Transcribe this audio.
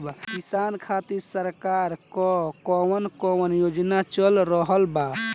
किसान खातिर सरकार क कवन कवन योजना चल रहल बा?